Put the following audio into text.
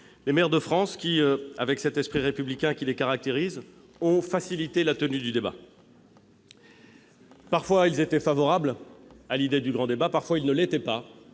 les maires de France, qui, avec cet esprit républicain qui les caractérise, ont facilité la tenue du débat. Parfois, ils étaient favorables à l'idée du grand débat ; parfois, ils ne l'étaient pas.